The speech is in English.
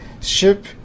ship